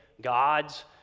gods